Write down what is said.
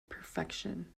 perfection